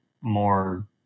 more